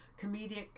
comedic